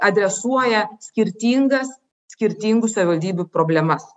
adresuoja skirtingas skirtingų savivaldybių problemas